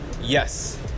Yes